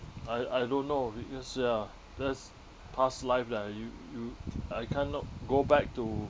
I I don't know because ya that's past life that I you you I cannot go back to